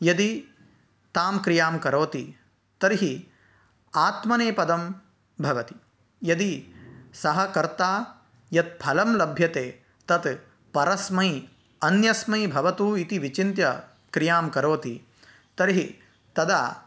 यदि तां क्रियां करोति तर्हि आत्मनेपदं भवति यदि सः कर्ता यत्फलं लभ्यते तत् परस्मै अन्यस्मै भवतु इति विचिन्त्य क्रियां करोति तर्हि तदा